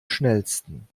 schnellsten